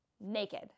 naked